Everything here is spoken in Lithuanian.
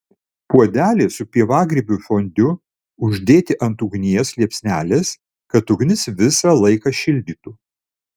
puodelį su pievagrybių fondiu uždėti ant ugnies liepsnelės kad ugnis visą laiką šildytų